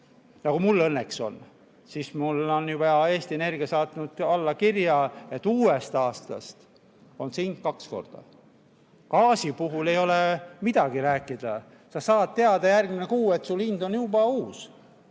nagu mul õnneks on, siis mulle on juba Eesti Energia saatnud kirja, et uuest aastast on see hind kaks korda [suurem]. Gaasi puhul ei ole midagi rääkida, sa saad teada järgmine kuu, et sul hind on juba uus.